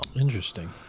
Interesting